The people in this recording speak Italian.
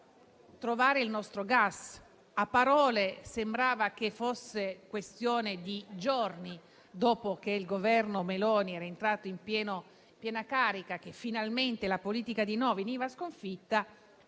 trovare il nostro gas. Sempre a parole, sembrava che fosse questione di giorni, dopo che il Governo Meloni era entrato in carica, perché finalmente la politica dei no venisse sconfitta.